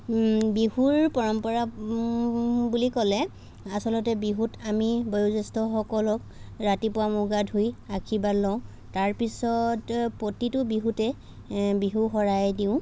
বিহুৰ পৰম্পৰা বুলি ক'লে আচলতে বিহুত আমি বয়োজ্যেষ্ঠ সকলক ৰাতিপুৱা মূৰ গা ধুই আশীৰ্বাদ লওঁ তাৰপিছত প্ৰতিটো বিহুতে বিহুৰ শৰাই দিওঁ